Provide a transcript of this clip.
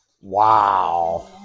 Wow